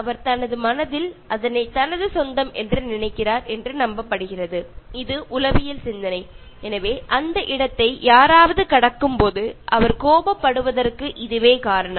അയാളുടെ മനസ്സിൽ അങ്ങനെ ചിന്തിക്കുന്നതുകൊണ്ടാണ് അയാളെ ആരെങ്കിലും ഓവർടേക്ക് ചെയ്തു മുന്നിലെത്തിയാൽ അയാൾ വളരെ അസ്വസ്ഥനാകുന്നത്